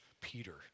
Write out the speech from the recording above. Peter